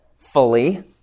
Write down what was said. fully